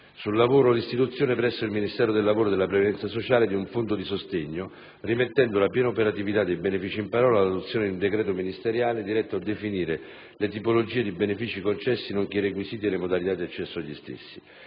sul lavoro, l'istituzione presso il Ministero del lavoro e della previdenza sociale di un fondo di sostegno, rimettendo la piena operatività dei benefici in parola alla adozione di un decreto ministeriale diretto a definire le tipologie di benefici concessi nonché i requisiti e le modalità di accesso agli stessi.